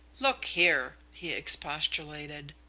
look here, he expostulated,